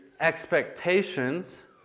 expectations